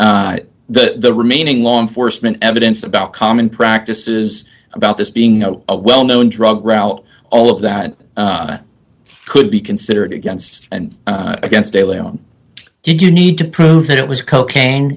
on the remaining law enforcement evidence about common practices about this being a well known drug route all of that could be considered against and against de lay on did you need to prove that it was cocaine